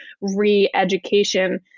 re-education